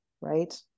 right